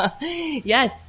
yes